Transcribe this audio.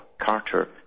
Carter